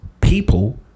people